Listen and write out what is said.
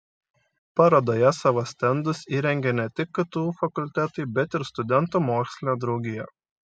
parodoje savo stendus įrengė ne tik ktu fakultetai bet ir studentų mokslinė draugija